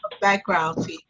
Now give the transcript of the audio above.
background